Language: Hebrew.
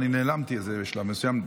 ואני נעלמתי בשלב מסוים,